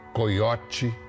coiote